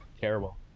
terrible